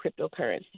cryptocurrency